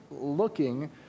looking